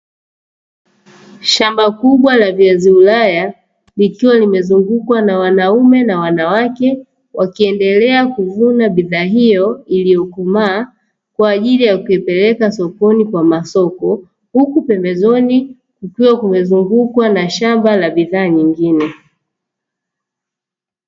Shamba kubwa la viazi ulaya, likiwa limezungukwa na wanaume na wanawake wakiendelea kuvuna bidhaa hiyo iliyokomaa, kwa ajili ya kuipeleka sokoni kwa masoko, huku pembezoni kukiwa kumezungukwa na shamba la bidhaa nyingine.